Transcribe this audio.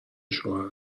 شوهر